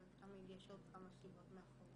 אבל תמיד יש עוד כמה סיבות מאחוריה.